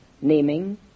naming